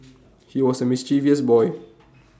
he was A mischievous boy